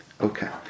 Okay